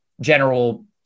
general